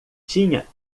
tinha